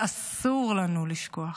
ואסור לנו לשכוח